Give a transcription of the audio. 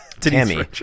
tammy